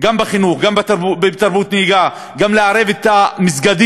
גם בחינוך, גם בתרבות נהיגה, גם לערב את המסגדים,